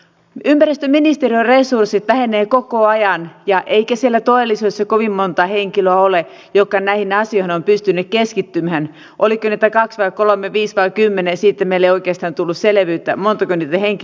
ympäristöministeriön resurssit vähenevät koko ajan eikä siellä todellisuudessa kovin monta sellaista henkilöä ole joka näihin asioihin on pystynyt keskittymään oliko niitä kaksi vai kolme viisi vai kymmenen siitä meille ei oikeastaan tullut selvyyttä montako niitä henkilöitä oli